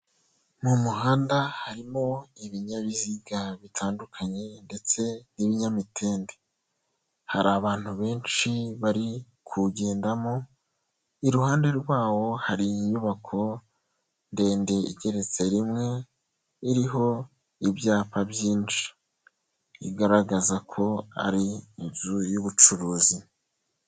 Mu muhanda harimo ibinyabiziga bitandukanye ndetse n'ibinyamitende. Hari abantu benshi bari kuwugendamo, iruhande rwawo hari inyubako ndende igeretse rimwe iriho ibyapa byinshi, igaragaza ko ari inzu y'ubucuruzi.